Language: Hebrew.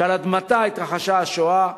שעל אדמתה התרחשה השואה,